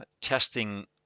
testing